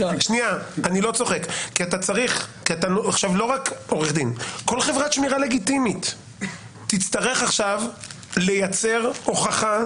כי לא רק עורך דין כל חברת שמירה לגיטימית תצטרך עכשיו לייצר הוכחה